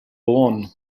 born